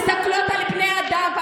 מסתכלות על בני האדם,